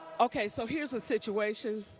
okay. so here's the situation.